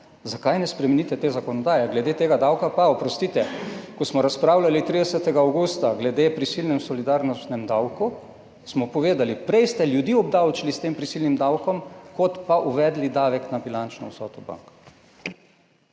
Zakaj ne spremenite te zakonodaje? Glede tega davka pa, oprostite, ko smo razpravljali 30. avgusta glede prisilnega solidarnostnega davka, smo povedali, prej ste ljudi obdavčili s tem prisilnim davkom, kot pa uvedli davek na bilančno vsoto bank.